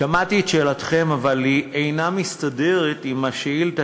שמעתי את שאלתכם, אבל היא אינה מסתדרת עם השאילתה